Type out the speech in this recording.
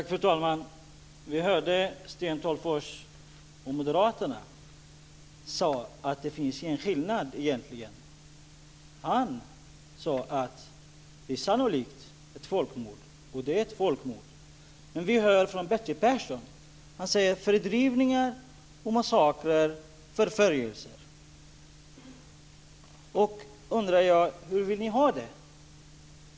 Fru talman! Vi hörde Sten Tolgfors från Moderaterna säga att det egentligen inte finns någon skillnad. Han sade att det sannolikt är ett folkmord - och det är det. Nu hör vi Bertil Persson tala om fördrivningar, massakrer och förföljelser. Då undrar jag: Hur vill ni ha det?